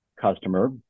customer